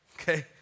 okay